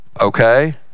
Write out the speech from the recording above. Okay